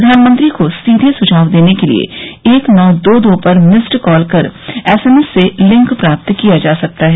प्रधानमंत्री को सीधे सुझाव देने के लिए एक नौ दो दो पर मिस्ड कॉल कर एस एम एस से लिंक प्राप्त किया जा सकता है